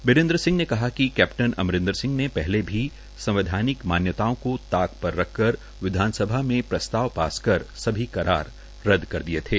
बीरे संह ने कहा क कै टन अम र संह ने पहले भी संवैधा नक मा यताओं को ताक पर रखकर वधानसभा म ताव पास कर सभी करार र द कर दये थे